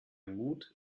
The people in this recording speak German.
mut